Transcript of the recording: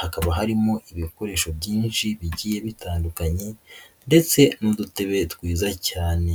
hakaba harimo ibikoresho byinshi bigiye bitandukanye ndetse n'udutebe twiza cyane.